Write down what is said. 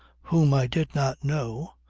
whom i did not know,